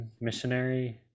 missionary